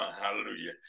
Hallelujah